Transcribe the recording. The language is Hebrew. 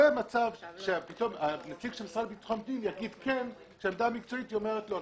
לא יהיה מצב שהוא יגיד "כן" כשהעמדה המקצועית אומרת "לא".